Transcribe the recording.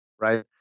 right